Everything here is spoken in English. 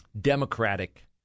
democratic